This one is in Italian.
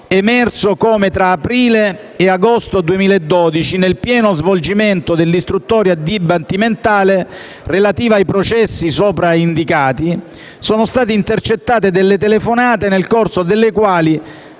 emerso come tra l'aprile e l'agosto 2012, nel pieno svolgimento dell'istruttoria dibattimentale relativa ai processi sopra indicati - siano state intercettate alcune telefonate nel corso delle quali,